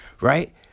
right